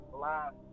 last